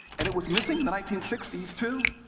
and it was missing in the nineteen sixty s too.